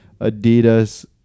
Adidas